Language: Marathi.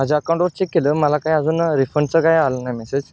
माझ्या अकाऊंटवर चेक केलं मला काय अजून रिफंडचं काय आलं नाही मेसेज